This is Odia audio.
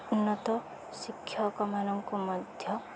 ଉନ୍ନତ ଶିକ୍ଷକମାନଙ୍କୁ ମଧ୍ୟ